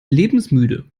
lebensmüde